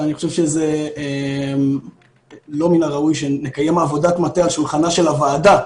אבל אני חושב שזה לא מן הראוי שנקיים עבודת מטה על שולחנה של הוועדה.